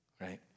right